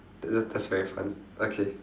th~ that's very fun okay